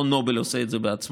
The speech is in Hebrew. נובל לא עושה את זה בעצמה.